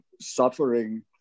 suffering